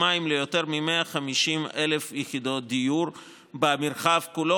מים ליותר מ-150,000 יחידות דיור במרחב כולו,